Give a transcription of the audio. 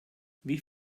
wie